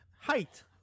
Height